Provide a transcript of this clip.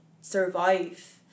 survive